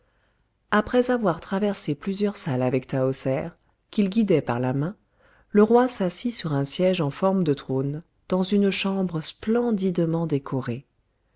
après avoir traversé plusieurs salles avec tahoser qu'il guidait par la main le roi s'assit sur un siège en forme de trône dans une chambre splendidement décorée